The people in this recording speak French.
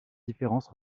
différence